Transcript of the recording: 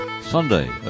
Sunday